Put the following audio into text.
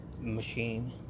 machine